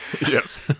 Yes